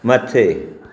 मथे